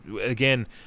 again